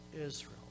Israel